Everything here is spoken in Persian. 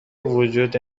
وجود